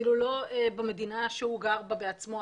אפילו לא במדינה שהמלך גר בה בעצמו,